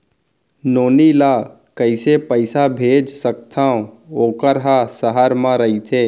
नोनी ल कइसे पइसा भेज सकथव वोकर ह सहर म रइथे?